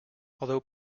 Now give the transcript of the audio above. although